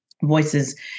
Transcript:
voices